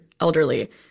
elderly